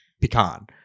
pecan